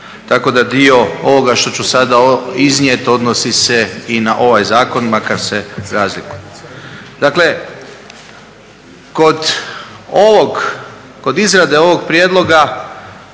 Tako da dio ovoga što ću sada iznijeti odnosi se i na ovaj zakon, makar se razlikuje. Dakle, kod ovog, kod izrade ovog prijedloga